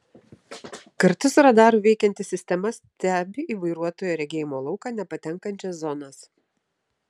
kartu su radaru veikianti sistema stebi į vairuotojo regėjimo lauką nepatenkančias zonas